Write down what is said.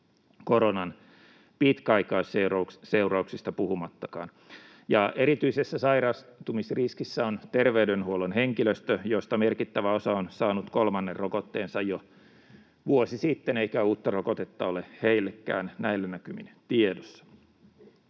koronan pitkäaikaisseurauksista puhumattakaan. Erityisessä sairastumisriskissä on terveydenhuollon henkilöstö, josta merkittävä osa on saanut kolmannen rokotteensa jo vuosi sitten, eikä uutta rokotetta ole heillekään näillä näkymin tiedossa.